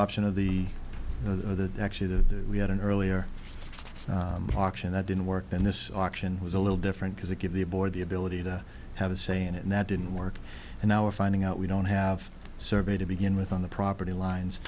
option of the the actually the we had an earlier and that didn't work then this auction was a little different because it give the board the ability to have a say in it and that didn't work and now we're finding out we don't have survey to begin with on the property lines